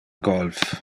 golf